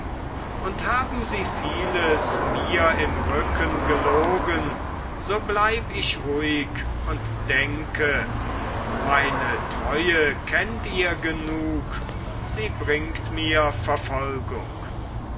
und haben sie vieles mir im rücken gelogen so bleib ich ruhig und denke meine treue kennt ihr genug sie bringt mir verfolgung